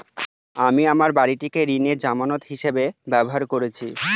আমি আমার বাড়িটিকে ঋণের জামানত হিসাবে ব্যবহার করেছি